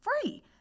free